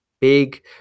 big